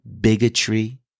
bigotry